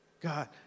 God